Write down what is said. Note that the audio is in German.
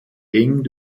eng